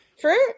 Fruit